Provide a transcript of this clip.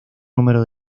número